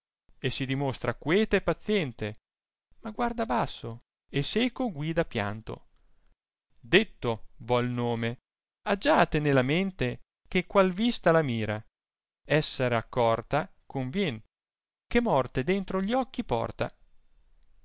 e si dimostra queta e paziente ma guurda basso e seco guida pianto detto v'ho il nome aggiate ne la mente che qual vista la mira esser accorta convien che morte dentro gli occhi porta